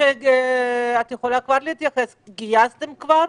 גייסתם כבר?